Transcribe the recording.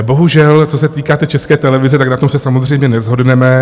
Bohužel, co se týká té České televize, tak na tom se samozřejmě neshodneme.